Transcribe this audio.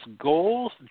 goals